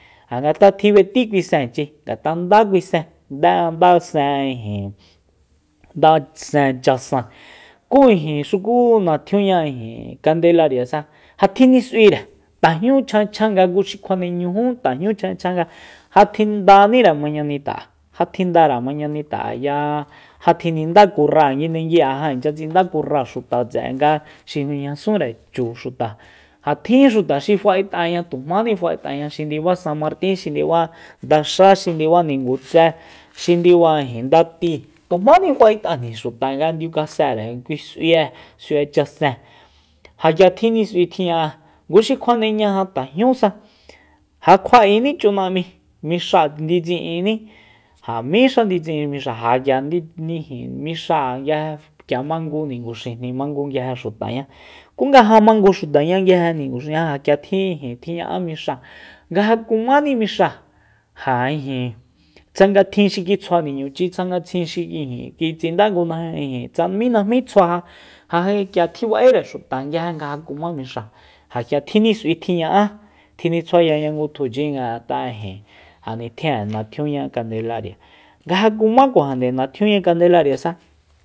Ja tsa tji b'eti kui senchi ngat'a nga dá kui sen nda- nda sen ijin nda sen ch'asen ku ijin xuku natjunia kandlariasa ja tjinis'uire tajñu chjanga chjanga ngu xi kjuane ñujú tajñu chjanga chjanga ja tjin daníre mañanita ja tjindare mañanita'eya ja tjininda kurra nguindengui'e ja inchya tsinda kurra xuta tse'e nga xi mijñasúnre chu xuta ja tjin xuta xi fa'et'aña tujmáni fa'et'aña xi ndiba san martin xi ndiba ndaxá xi ndiba ningutse xi ndiba ijin ndati tu jmani fa'et'ajni xuta nga ndiukasere kui s'ui'e s'ui'e ch'asen ja k'ia tjinis'ui tjiña'á nguxi kjuaneñaja tajñusa ja kjua'eni chana'mi mixáa tsi'inní ja míxa ndiutsi'in mixáa ja ja- ya- ndi- ni ijin mixáa nguije k'ia mangu ninguxi k'ia mangu nguije xutaña ku nga ja mangu xutaña nguije ninguxiña ja k'ia tjin ijin tjiña'a mixáa nga ja kumani mixáa ja ijin tsanga tjin xi kitsjua niñuchi tsanga tjin xi ijin kitsinda nguna ijin tsa mi najmí tsjua ja ja k'ia tjiba'ere nguije xuta nga ja kuma mixáa ja k'ia tjinis'ui tjiña'a tjinitsjuayaña ngutjuchi ngat'a ijin ja nitjin'e natjunia kandelaria nga ja kumakuajande natjunia kandelariasa